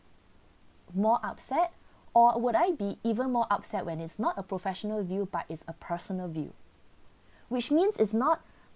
more upset or would I be even more upset when it's not a professional view but it's a personal view which means it's not